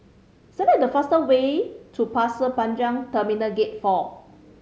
select the fast way to Pasir Panjang Terminal Gate Four